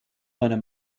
einem